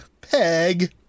Peg